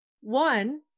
One